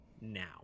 now